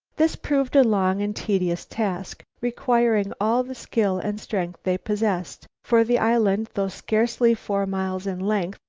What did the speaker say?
this proved a long and tedious task, requiring all the skill and strength they possessed, for the island, though scarcely four miles in length,